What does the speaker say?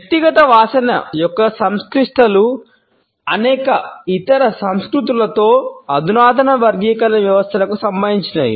వ్యక్తిగత వాసన యొక్క సంక్లిష్టతలు అనేక ఇతర సంస్కృతులలో అధునాతన వర్గీకరణ వ్యవస్థలకు సంబంధించినవి